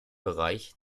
bereich